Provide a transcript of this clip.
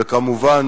וכמובן,